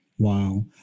Wow